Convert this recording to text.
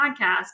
podcast